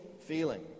feeling